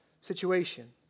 situation